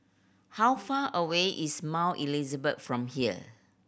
how far away is Mount Elizabeth from here